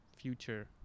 future